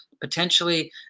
Potentially